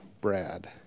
Brad